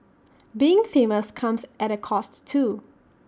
being famous comes at A cost too